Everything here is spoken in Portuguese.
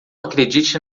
acredite